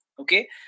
Okay